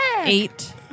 Eight